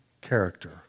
character